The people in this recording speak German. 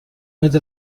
mit